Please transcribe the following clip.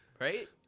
Right